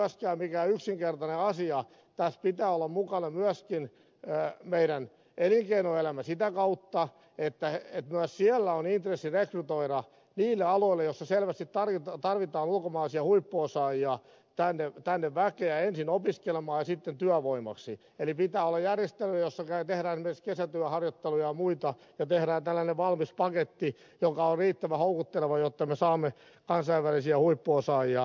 tä mä ei ole myöskään mikään yksinkertainen asia tässä pitää olla mukana myöskin meidän elinkeinoelämä sitä kautta että myös siellä on intressi rekrytoida niille aloille joilla selvästi tarvitaan ulkomaisia huippuosaajia tänne väkeä ensin opiskelemaan ja sitten työvoimaksi eli pitää olla järjestely jossa tehdään esimerkiksi kesätyöharjoitteluja ja muita ja tehdään tällainen valmis paketti joka on riittävän houkutteleva jotta me saamme kansainvälisiä huippuosaajia tänne